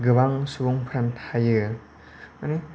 गोबां सुबुंफ्रानो थायो माने